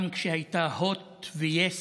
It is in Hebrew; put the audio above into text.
גם כשהיו הוט ויס